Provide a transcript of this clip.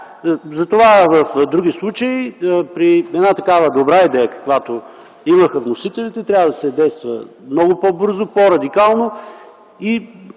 Затова в други случаи при една такава добра идея, каквато имаха вносителите, трябва да се действа много по-бързо, по-радикално и